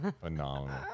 Phenomenal